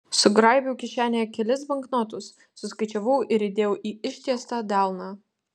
sugraibiau kišenėje kelis banknotus suskaičiavau ir įdėjau į ištiestą delną